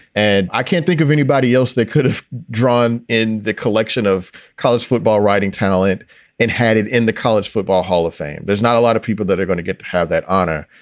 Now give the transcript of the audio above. and i can't think of anybody else that could have drawn in the collection of college football writing talent and had it in the college football hall of fame. there's not a lot of people that are going to get to have that honor.